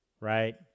right